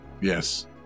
yes